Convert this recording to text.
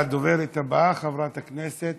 הדוברת הבאה, חברת הכנסת